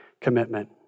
commitment